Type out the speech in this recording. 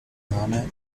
name